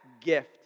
gift